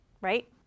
right